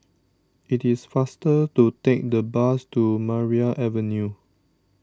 it is faster to take the bus to Maria Avenue